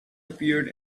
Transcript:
appeared